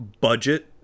budget